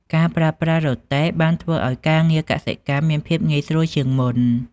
ការប្រើប្រាស់រទេះបានធ្វើឱ្យការងារកសិកម្មមានភាពងាយស្រួលជាងមុន។